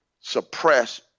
suppress